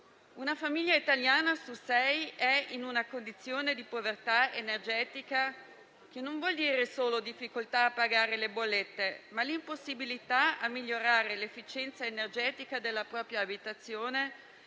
una famiglia italiana su sei è in una condizione di povertà energetica, che vuol dire non solo difficoltà a pagare le bollette, ma anche impossibilità a migliorare l'efficienza energetica della propria abitazione